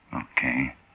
Okay